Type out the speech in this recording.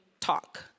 talk